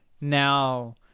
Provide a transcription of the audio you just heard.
now